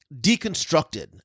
deconstructed